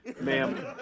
ma'am